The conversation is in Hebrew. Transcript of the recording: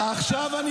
עכשיו אני